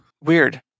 weird